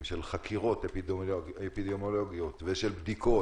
של חקירות אפידמיולוגיות ושל בדיקות.